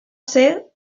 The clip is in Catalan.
ser